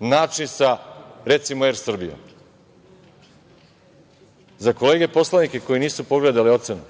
način sa, recimo, „Er Srbijom“.Za kolege poslanike koji nisu pogledali ocenu,